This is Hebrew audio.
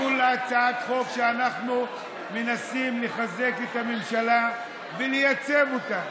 כולה הצעת חוק שאנחנו מנסים לחזק את הממשלה ולייצב אותה,